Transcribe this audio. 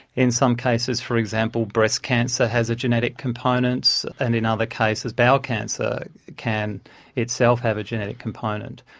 in some cases, for example, breast cancer has a genetic component and in other cases bowel cancer can itself have a genetic component.